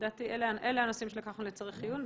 לדעתי אלה הנושאים שלקחנו לצריך עיון.